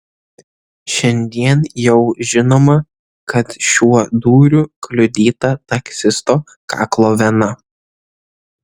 šiandien jau žinoma kad šiuo dūriu kliudyta taksisto kaklo vena